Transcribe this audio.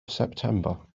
september